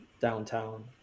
downtown